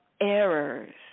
errors